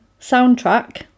soundtrack